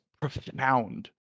profound